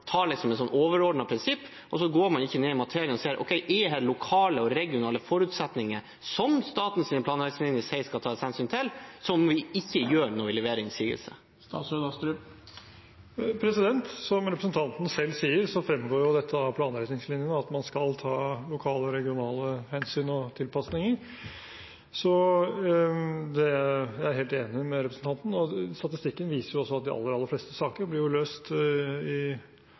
tar et overordnet prinsipp, og så går man ikke ned i materien og ser om det her er lokale og regionale forutsetninger som statens planretningslinjer sier skal tas hensyn til, som man ikke gjør når man leverer innsigelser. Som representanten selv sier, fremgår det av planretningslinjene at man skal ta lokale og regionale hensyn og gjøre tilpasninger. Jeg er helt enig med representanten, og statistikken viser også at de aller, aller fleste saker blir løst i